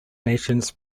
nations